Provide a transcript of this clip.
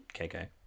Okay